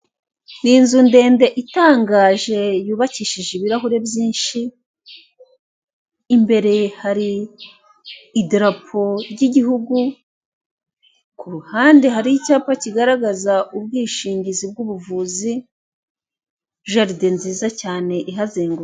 Ni inzu ndende itangaje yubakishije ibirahuri byinshi, imbere hari idarapo ry'igihugu ku ruhande hari icyapa kigaragaza ubwishingizi bw'ubuvuzi; jaride nziza cyane ihazengurutse.